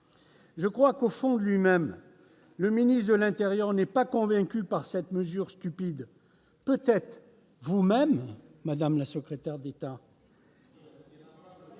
Je crois que, au fond de lui-même, le ministre de l'intérieur n'est pas convaincu par cette mesure stupide- peut-être ne l'êtes-vous pas vous-même, madame le secrétaire d'État